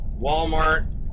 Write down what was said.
Walmart